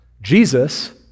Jesus